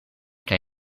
kaj